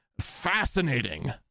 fascinating